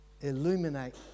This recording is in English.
Illuminate